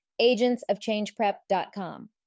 agentsofchangeprep.com